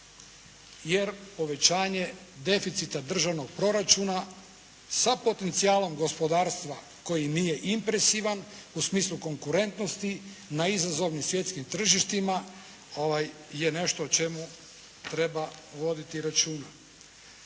jer povećanje deficita državnog proračuna sa potencijalom gospodarstva koji nije impresivan u smislu konkurentnosti na izazovnim svjetskim tržištima je nešto o čemu treba voditi računa.